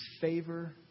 favor